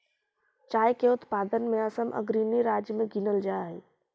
चाय के उत्पादन में असम अग्रणी राज्य में गिनल जा हई